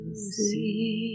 see